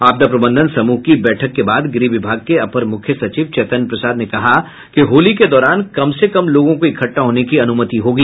आपदा प्रबंधन समूह की बैठक के बाद गृह विभाग के अपर मुख्य सचिव चैतन्य प्रसाद ने कहा कि होली के दौरान कम से कम लोगों को इकट्ठा होने की अनुमति होगी